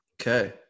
Okay